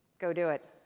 go do it.